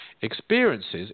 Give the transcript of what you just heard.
experiences